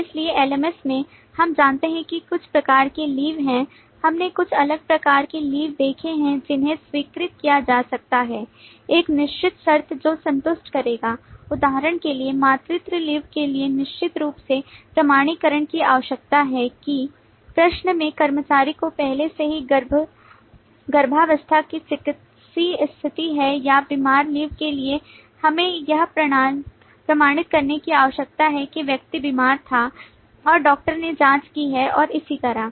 इसलिए LMS में हम जानते हैं कि कुछ प्रकार के लीव हैं हमने कुछ अलग प्रकार के लीवदेखे हैं जिन्हें स्वीकृत किया जा सकता है एक निश्चित शर्त है जो संतुष्ट करेगा उदाहरण के लिए मातृत्व लीवके लिए निश्चित रूप से प्रमाणीकरण की आवश्यकता है कि प्रश्न में कर्मचारी को पहले से ही गर्भावस्था की चिकित्सीय स्थिति है या बीमार लीव के लिए हमें यह प्रमाणित करने की आवश्यकता है कि व्यक्ति बीमार था और डॉक्टर ने जाँच की है और इसी तरह